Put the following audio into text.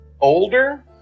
older